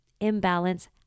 imbalance